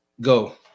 Go